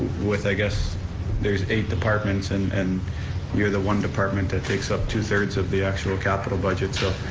with, i guess there's eight departments and and you're the one department that takes up two three of the actual capital budget, so,